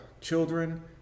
children